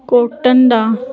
cotton the